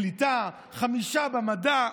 בקליטה, חמישה במדע.